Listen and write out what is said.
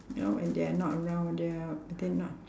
you know when they're not around they're they not